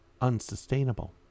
unsustainable